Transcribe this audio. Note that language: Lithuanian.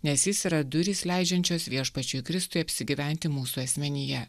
nes jis yra durys leidžiančios viešpačiui kristui apsigyventi mūsų asmenyje